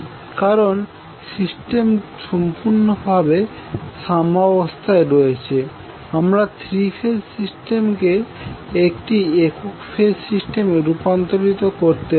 কারণ সিস্টেম সম্পূর্ণভাবে সাম্যবস্থায় আছে আমরা থ্রী ফেজ সিস্টেমকে একটি একক ফেজ সিস্টেমে রূপান্তরিত করতে পারি